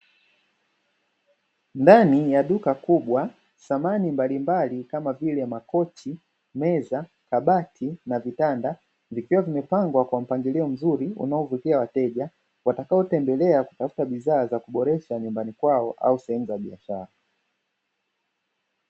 Ndani ya duka kubwa samani mbalimbali kama vile:makochi, meza, kabati na vitanda vikiwa vimepangwa kwa mpangilio mzuri unaovutia wateja watakao tembelea kutafuta bidhaa za kuboresha nyumbani kwao au sehemu za biashara.